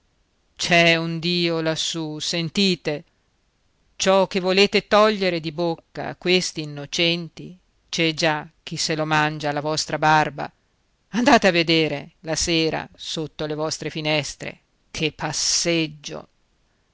c'è un dio lassù sentite ciò che volete togliere di bocca a questi innocenti c'è già chi se lo mangia alla vostra barba andate a vedere la sera sotto le vostre finestre che passeggio